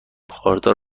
خاردار